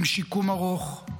עם שיקום ארוך,